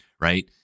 right